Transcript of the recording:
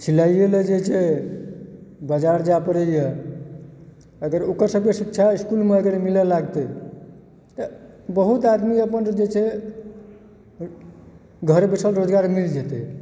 सिलाइ जे छै बाजार जाए पड़ैए अगर ओकर सबके शिक्षा इसकुलमे अगर मिलै लागतै तऽ बहुत आदमी अपन जे छै घरे बैसल रोजगार मिल जेतै